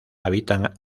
habitan